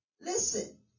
listen